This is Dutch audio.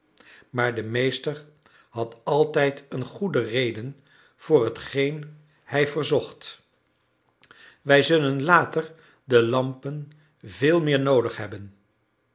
maar de meester had altijd een goede reden voor hetgeen hij verzocht wij zullen later de lampen veel meer noodig hebben